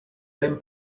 ben